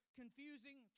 confusing